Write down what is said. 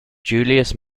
julius